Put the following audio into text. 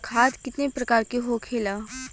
खाद कितने प्रकार के होखेला?